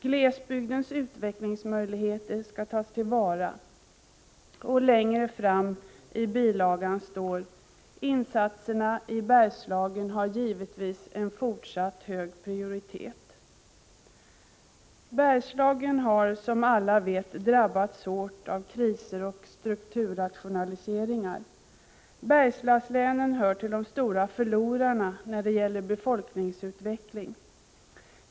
Glesbygdens utvecklingsmöjligheter skall tas till vara.” Längre fram i bilagan står: ”Insatserna i Bergslagen har givits en fortsatt hög prioritet.” Bergslagen har som alla vet drabbats hårt av kriser och strukturrationaliseringar. Bergslagslänen hör till de stora förlorarna när det gäller befolkningsutveckling.